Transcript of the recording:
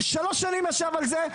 שלוש שנים ישב על זה.